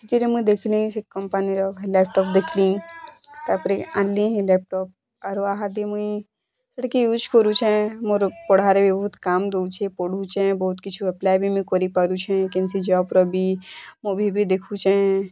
ସେଥିରେ ମୁଇଁ ଦେଖଲି ସେ କମ୍ପାନୀର ଲାପଟପ୍ ଦେଖଲି ତାପରେ ଆନଲି ଲାପଟପ୍ ଆରୁ ଆହାଦେ ମୁଇଁ ସେଟା କେ ଇୟୁଜ୍ କରୁଛେ ମୋର୍ ପଢ଼ାରେ ବହୁତ୍ କାମ୍ ଦୋଉଛେଁ ପଢ଼ୁଛେଁ ବହୁତ୍ କିଛୁ ଆପ୍ଲାଏ ବି ମୁଇଁ କରିପାରୁଛେଁ କେନସି ଜବ୍ ର ବି ମୁଭି ବି ଦେଖୁଛେଁ